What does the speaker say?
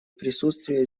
присутствие